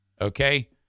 Okay